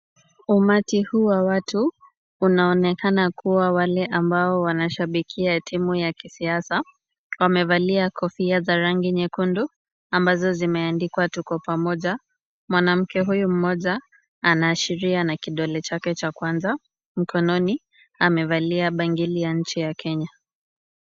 Umati huu wa watu unaonekana kuwa wale ambao wanashabikia timu ya kisiasa .Wamevalia kofia za rangi nyekundu ambazo zimeandikwa tuko pamoja, mwanamke huyu mmoja anaashiria na kidole chake cha kwanza. Mkononi amevalia bangili ya nchi ya Kenya.